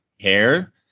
hair